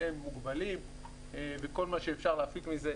הם מוגבלים וכל מה שאפשר להפיק מזה,